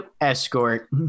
escort